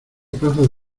plazas